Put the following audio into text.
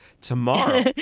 tomorrow